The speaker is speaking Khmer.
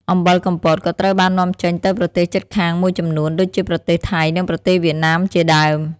អំបិលកំពតក៏ត្រូវបាននាំចេញទៅប្រទេសជិតខាងមួយចំនួនដូចជាប្រទេសថៃនិងប្រទេសវៀតណាមជាដើម។